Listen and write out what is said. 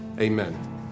amen